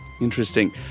interesting